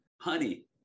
honey